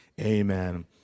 Amen